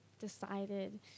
decided